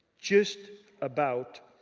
just about,